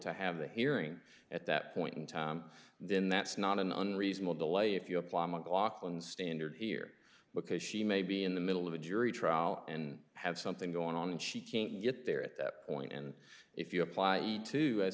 to have the hearing at that point in time then that's not an unreasonable delay if you apply mclaughlin's standard here because she may be in the middle of a jury trial and have something going on and she can't get there at that point and if you apply each to as